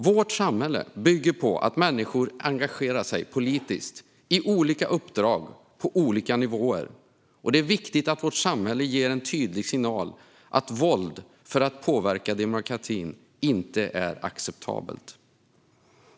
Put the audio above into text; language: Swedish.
Vårt samhälle bygger på att människor engagerar sig politiskt i olika uppdrag på olika nivåer. Det är viktigt att vårt samhälle ger en tydlig signal om att våld för att påverka demokratin inte är acceptabelt.